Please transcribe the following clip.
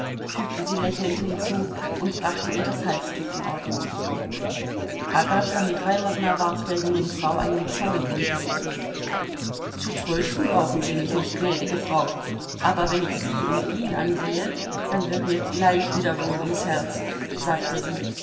fügte sie lächelnd hinzu und brachte ihr das halstuch in ordnung agafja michailowna warf der jungen frau einen zornigen blick zu zu trösten brauchen sie mich nicht gnädige frau aber wenn ich sie und ihn ansehe dann wird mir gleich wieder wohl ums herz sagte sie